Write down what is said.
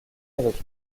avec